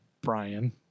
Brian